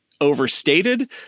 overstated